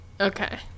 Okay